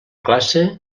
classe